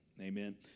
amen